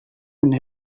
and